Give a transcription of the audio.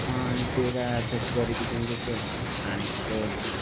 ହଁ ଏମିତି ଏକା ଆଡ଼ଜଷ୍ଟ କରିକି ପିନ୍ଧୁଛି ଆଉ ଆଣିଛି ତ ବୋଲିକି